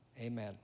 Amen